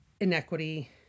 inequity